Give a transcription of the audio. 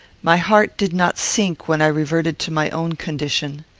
my heart did not sink when i reverted to my own condition.